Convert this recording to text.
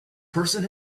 person